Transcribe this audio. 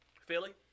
Philly